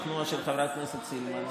תפקידי לשכנע את חבר הכנסת סילמן,